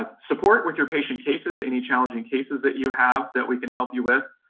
ah support with your patient cases, any challenging cases that you have that we can help you with.